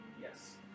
yes